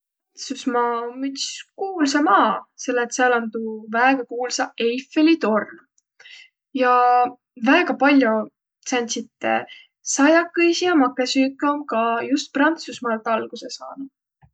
Prantsusmaa om üts kuulsa maa, selle et sääl om tuu väega kuulsa Eiffeli torn. Ja väega pall'o sääntsit saiakõisi ja makõsüüke om ka just Prantsusmaalt algusõ saanuq.